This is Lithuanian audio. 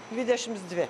dvidešimts dvi